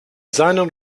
seinen